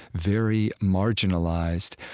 very marginalized.